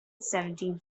seventeenth